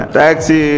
taxi